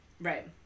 right